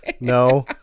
No